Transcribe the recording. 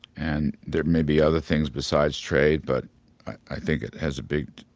and there may be other things besides trade but i think it has a big,